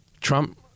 Trump